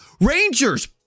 Rangers